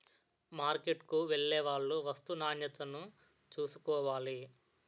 మార్కెట్కు వెళ్లేవాళ్లు వస్తూ నాణ్యతను చూసుకోవాలి